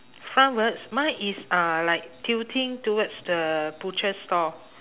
frontwards mine is uh like tilting towards the butcher store